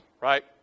right